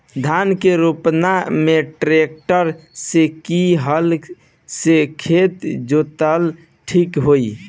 धान के रोपन मे ट्रेक्टर से की हल से खेत जोतल ठीक होई?